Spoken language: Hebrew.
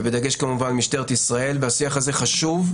ובדגש כמובן על משטרת ישראל, והשיח הזה חשוב,